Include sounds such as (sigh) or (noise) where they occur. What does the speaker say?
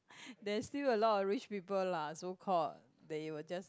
(breath) there's still a lot of rich people lah so called they will just